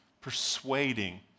persuading